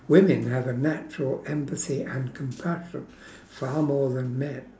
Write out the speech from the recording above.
women have a natural empathy and compassion far more than men